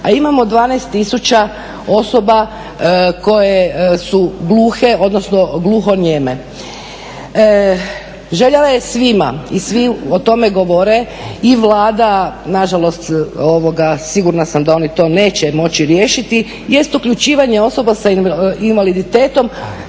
a imamo 12 tisuća osoba koje su gluhe odnosno gluhonijeme. Želja je svima i svi o tome govore i Vlada, nažalost sigurna sam da oni to neće moći riješiti, jest uključivanje osoba sa invaliditetom